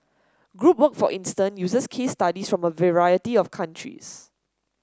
group work for instance uses case studies from a variety of countries